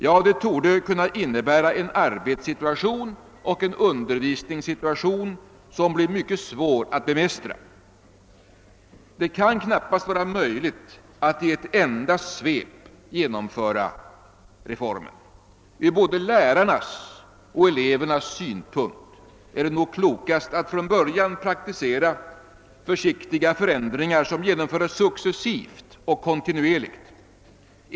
Ja, det torde kunna innebära en arbetssituation och en undervisningssituation som blir mycket svår att bemästra. Det är knappast möjligt att genomföra reformen i ett enda svep. Ur både lärarnas och elevernas synpunkt är det nog klokast att från början praktisera försiktiga förändringar, som genomföres successivt och kontinuerligt.